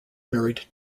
married